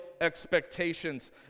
expectations